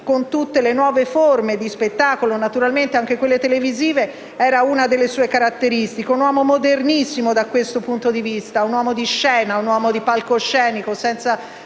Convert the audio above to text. con tutte le nuove forme di spettacolo, naturalmente anche con quelle televisive, era una delle sue caratteristiche. Fu un uomo modernissimo, da questo punto di vista, un uomo di scena e di palcoscenico: senza